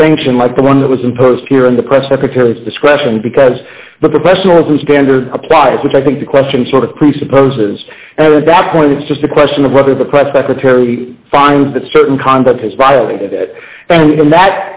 a sanction like the one that was imposed here in the press secretary's discretion because the professionalism standard applies which i think the question sort of presupposes that point it's just a question of whether the press secretary finds that certain conduct has violated that